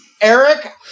eric